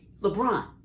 lebron